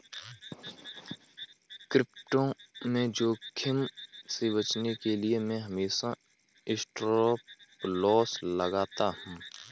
crypto में जोखिम से बचने के लिए मैं हमेशा स्टॉपलॉस लगाता हूं